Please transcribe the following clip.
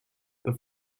the